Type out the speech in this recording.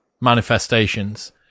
manifestations